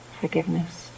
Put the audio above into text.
forgiveness